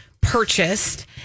purchased